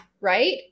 right